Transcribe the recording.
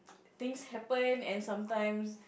things happen and sometimes